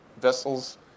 vessels